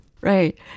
Right